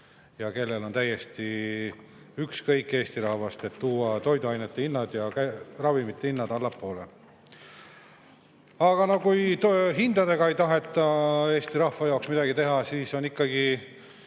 aga kellel on täiesti ükskõik Eesti rahvast ja sellest, et tuua toiduainete ja ravimite hinnad allapoole. Aga no kui hindadega ei taheta Eesti rahva jaoks midagi teha, siis on Eesti